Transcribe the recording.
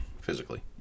physically